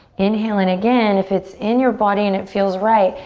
inhale in again. if it's in your body and it feels right,